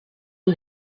new